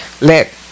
let